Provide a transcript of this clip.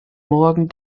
morgen